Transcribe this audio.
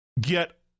get